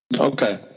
Okay